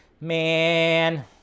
man